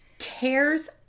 tears